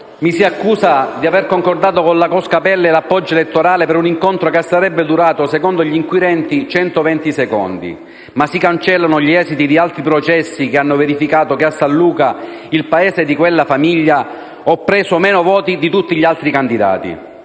Mi si accusa di aver concordato con la cosca Pelle l'appoggio elettorale per un incontro che, secondo gli inquirenti, sarebbe durato centoventi secondi, ma si cancellano gli esiti di altri processi che hanno verificato che a San Luca, il paese di quella famiglia, ho preso meno voti di tutti gli altri candidati.